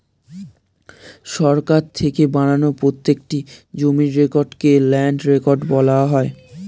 সরকার থেকে বানানো প্রত্যেকটি জমির রেকর্ডকে ল্যান্ড রেকর্ড বলা হয়